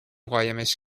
قایمش